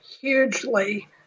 hugely